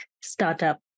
startup